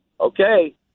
okay